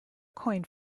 coin